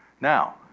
Now